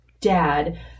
dad